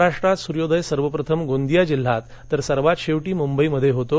महाराष्ट्रात सूर्योदय सर्वप्रथम गोंदिया जिल्ह्यात तर सर्वात शेवटी मुंबईमध्ये होतो